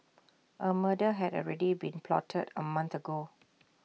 A murder had already been plotted A month ago